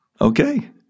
okay